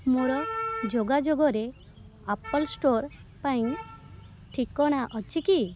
ମୋର ଯୋଗାଯୋଗରେ Apple store ପାଇଁ ଠିକଣା ଅଛି କି